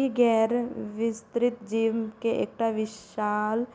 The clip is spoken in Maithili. ई गैर विस्तृत जीव के एकटा विशाल